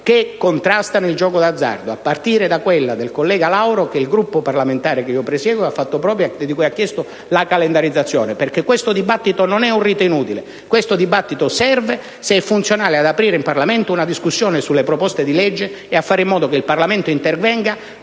che contrastano il gioco d'azzardo, a partire da quella presentata dal collega Lauro, che il Gruppo parlamentare da me presieduto ha fatto propria e di cui ha chiesto l'inserimento in calendario. Questo dibattito, infatti, non è un rito inutile: questo dibattito serve se è funzionale ad aprire in Parlamento una discussione sulle proposte di legge e a fare in modo che il Parlamento intervenga,